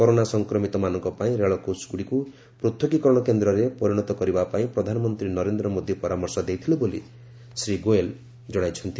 corona ସଂକ୍ରମିତମାନଙ୍କ ପାଇଁ ରେଳକୋଚ୍ଗୁଡ଼ିକୁ ପୃଥକୀକରଣ କେନ୍ଦ୍ରରେ ପରିଣତ କରିବା ପାଇଁ ପ୍ରଧାନମନ୍ତ୍ରୀ ନରେନ୍ଦ୍ର ମୋଦୀ ପରାମର୍ଶ ଦେଇଥିଲେ ବୋଲି ଶ୍ରୀ ଗୋଏଲ୍ ଜଣାଇଛନ୍ତି